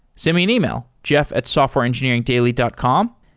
send me an email, jeff at softwareengineeringdaily dot com,